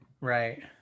Right